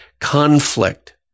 conflict